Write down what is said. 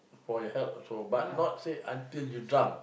for your health also but not say until you drunk